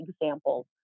examples